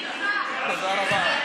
תודה רבה.